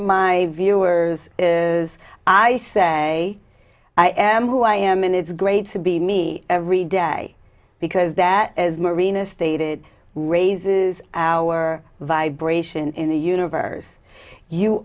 my viewers is i say i am who i am and it's great to be me every day because that is marina stated raises our vibration in the universe you